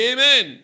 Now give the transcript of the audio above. Amen